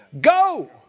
Go